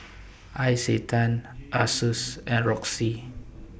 Isetan Asus and Roxy